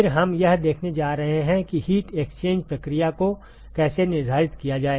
फिर हम यह देखने जा रहे हैं कि हीट एक्सचेंज प्रक्रिया को कैसे निर्धारित किया जाए